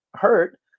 hurt